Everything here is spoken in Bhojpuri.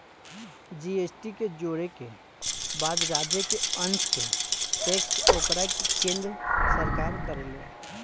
जी.एस.टी के जोड़े के बाद राज्य के अंस के टैक्स ओकरा के केन्द्र सरकार करेले